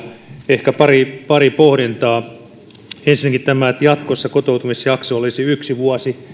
ehkä pari pari pohdintaa ensinnäkin tämä että jatkossa kotoutumisjakso olisi yksi vuosi